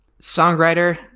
Songwriter